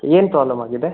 ಏನು ಪ್ರಾಬ್ಲಮ್ ಆಗಿದೆ